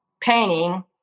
painting